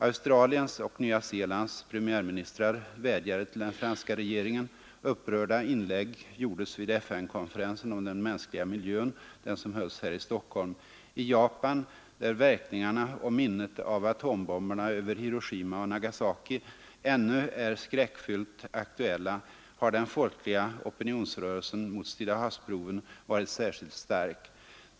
Australiens och Nya Zeelands premiärministrar vädjade till den franska regeringen. Upprörda inlägg gjordes vid FN konferensen om den mänskliga miljön, den som hölls här i Stockholm. I Japan, där verkningarna och minnet av atombomberna över Hiroshima och Nagasaki ännu är skräckfyllt aktuella, har den folkliga opinionsrörelsen mot Stillahavsproven varit särskilt stark.